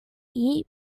eat